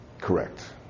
correct